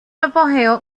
apogeo